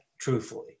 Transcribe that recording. truthfully